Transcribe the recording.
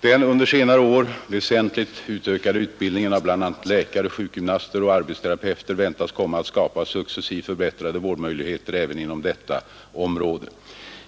Den under senare år väsentligt utökade utbildningen bl.a. av läkare, sjukgymnaster och arbetsterapeuter väntas komma att skapa successivt förbättrade vård möjligheter även inom detta område.